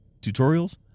tutorials